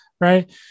right